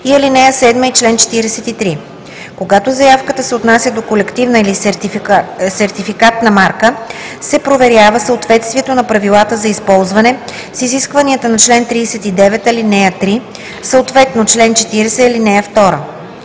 и ал. 7 и чл. 43. Когато заявката се отнася до колективна или сертификатна марка, се проверява съответствието на правилата за използване с изискванията на чл. 39, ал. 3, съответно чл. 40, ал. 2.